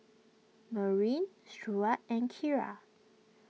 Merwin Stewart and Kira